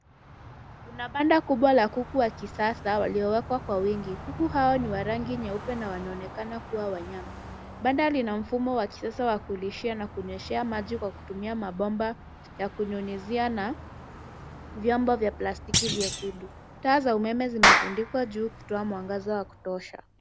Kuna banda kubwa la kuku wa kisasa waliowekwa kwa wingi, kuku hao, ni wa rangi nyeupe na wanaonekana kuwa wanyama. Banda lina mfumo wa kisasa wa kulishia na kunyweshea maji kwa kutumia mabomba ya kunyunyizia na vyombo vya plastiki vya kuhudu, taa za umeme zimetundikwa juu kutoa mwangaza wa kutosha.